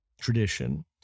tradition